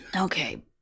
Okay